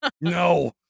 No